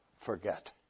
forget